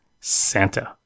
Santa